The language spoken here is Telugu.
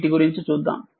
వీటి గురించి చూద్దాం